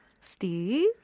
Steve